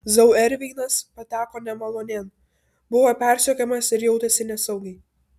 zauerveinas pateko nemalonėn buvo persekiojamas ir jautėsi nesaugiai